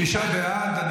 שישה בעד.